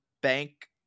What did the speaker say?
bank